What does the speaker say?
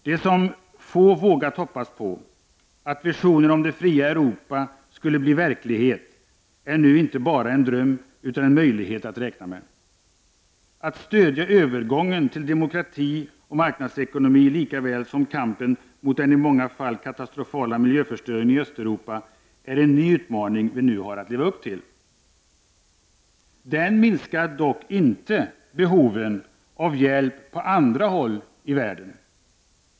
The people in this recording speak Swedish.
Det som få vågat hoppas på, att visionen om det fria Europa skulle bli verklighet, är nu inte bara en dröm utan en möjlighet att räkna med. Att stödja övergången till demokrati och marknadsekonomi likaväl som kampen mot den i många fall katastrofala miljöförstöringen i Östeuropa är en ny utmaning vi nu har att leva upp till. Den minskar dock inte behoven av hjälp på andra håll i världen.